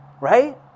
Right